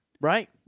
Right